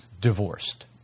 divorced